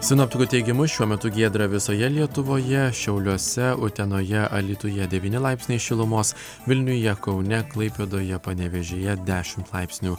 sinoptikų teigimu šiuo metu giedra visoje lietuvoje šiauliuose utenoje alytuje devyni laipsniai šilumos vilniuje kaune klaipėdoje panevėžyje dešimt laipsnių